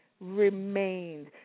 remained